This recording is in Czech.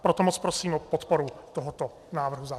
Proto moc prosím o podporu tohoto návrhu zákona.